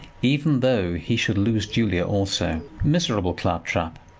even though he should lose julia also. miserable clap-trap!